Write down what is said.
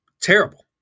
Terrible